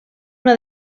una